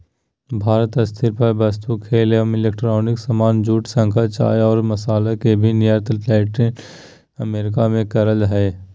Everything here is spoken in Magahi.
भारत हस्तशिल्प वस्तु, खेल एवं इलेक्ट्रॉनिक सामान, जूट, शंख, चाय और मसाला के भी निर्यात लैटिन अमेरिका मे करअ हय